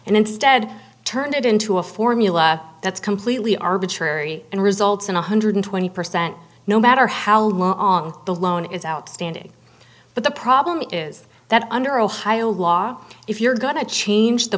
and instead turn it into a formula that's completely arbitrary and results in one hundred twenty percent no matter how long the loan is outstanding but the problem is that under ohio law if you're going to change the